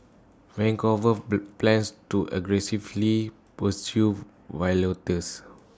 Vancouver plans to aggressively pursue violators